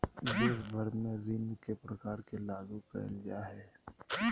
देश भर में ऋण के प्रकार के लागू क़इल जा हइ